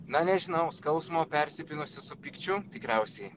na nežinau skausmo persipynusio su pykčiu tikriausiai